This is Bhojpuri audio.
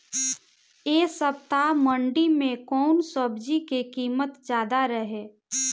एह सप्ताह मंडी में कउन सब्जी के कीमत ज्यादा रहे?